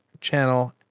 channel